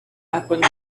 happened